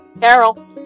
Carol